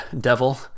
devil